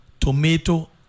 tomato